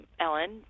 Ellen